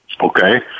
Okay